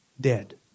dead